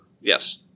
Yes